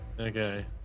Okay